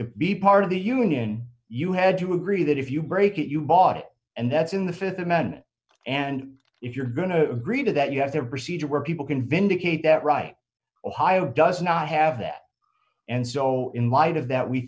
to be part of the union you had to agree that if you break it you bought and that's in the th amendment and if you're going to agree that you have their procedure where people can vindicate that right ohio does not have that and so in light of that we